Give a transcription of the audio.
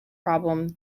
problem